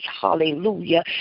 Hallelujah